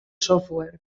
software